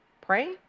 pray